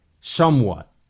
somewhat